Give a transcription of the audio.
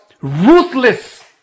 ruthless